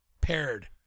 paired